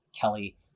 Kelly